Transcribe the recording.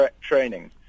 training